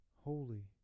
holy